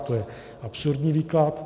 To je absurdní výklad.